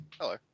Hello